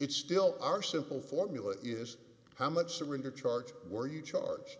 it's still our simple formula is how much surrender charge were you charge